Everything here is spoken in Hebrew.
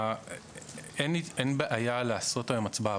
אין בעיה לעשות הצבעה היום,